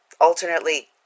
alternately